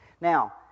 Now